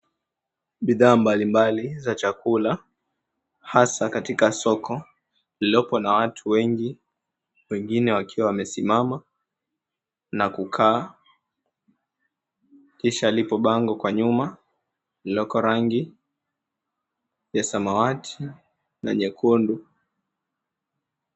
Bidhaa mbalimbali za chakula hsa katika siko lililopo na watu wengi, wengine wakiwa wamesimama na kukaaa kisha liko bango kwa nyuma lililoko rangi ya samawati na nyekundu.